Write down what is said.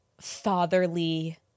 fatherly